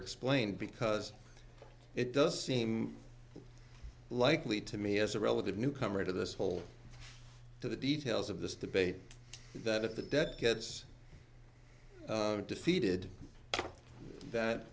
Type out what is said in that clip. explained because it does seem likely to me as a relative newcomer to this whole to the details of this debate that the dead kids defeated that